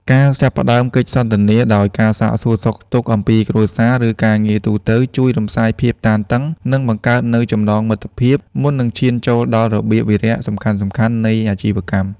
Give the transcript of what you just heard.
ការចាប់ផ្ដើមកិច្ចសន្ទនាដោយការសាកសួរសុខទុក្ខអំពីគ្រួសារ ឬការងារទូទៅ ជួយរំលាយភាពតានតឹង និងបង្កើតនូវចំណងមិត្តភាពមុននឹងឈានចូលដល់របៀបវារៈសំខាន់ៗនៃអាជីវកម្ម។